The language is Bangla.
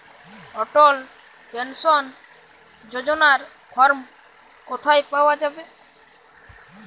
অটল পেনশন যোজনার ফর্ম কোথায় পাওয়া যাবে?